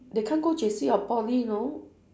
they can't go J_C or poly you know